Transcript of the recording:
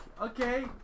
okay